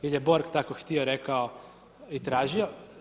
Jer je Borg tako htio, rekao i tražio.